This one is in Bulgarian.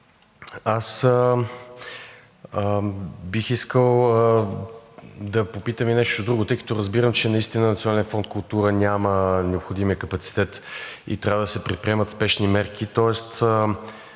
Аз бих искал да попитам и нещо друго. Тъй като разбирам, че наистина Националният фонд „Култура“ няма необходимия капацитет и трябва да се предприемат спешни мерки, тоест